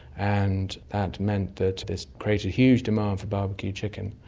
and that meant that this created a huge demand for bbq chicken,